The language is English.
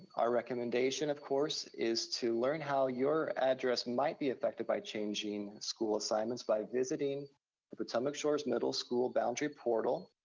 our recommendation, of course, is to learn how your address might be affected by changing school assignments by visiting potomac shores middle school boundary portal.